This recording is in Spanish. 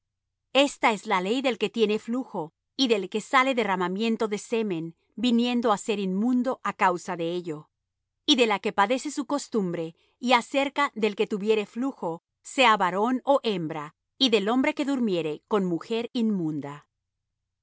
esta es la ley del que tiene flujo y del que sale derramamiento de semen viniendo á ser inmundo á causa de ello y de la que padece su costumbre y acerca del que tuviere flujo sea varón ó hembra y del hombre que durmiere con mujer inmunda